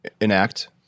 enact